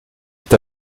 est